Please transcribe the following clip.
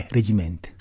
Regiment